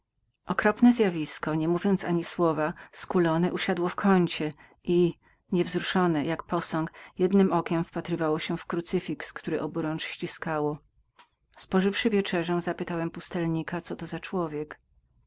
okropne zjawisko nie mówiąc ani słowa skulone usiadło w kącie i niewzruszone jak posąg jednem okiem wpatrywało się w krucyfix który w obu rękach ściskało pożywszy wieczerzę zapytałem pustelnika coby to był za człowiek